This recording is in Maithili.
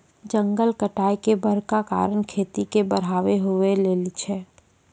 जंगल कटाय के बड़का कारण खेती के बढ़ाबै हुवै लेली छै